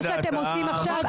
מה שאתם עושים עכשיו,